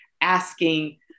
asking